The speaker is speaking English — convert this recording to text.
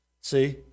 See